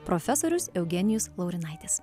profesorius eugenijus laurinaitis